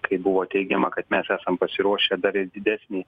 kai buvo teigiama kad mes esam pasiruošę dar ir didesnį